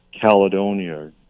Caledonia